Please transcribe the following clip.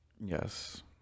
Yes